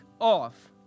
off